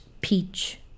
peach